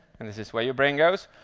and this is where your brain goes,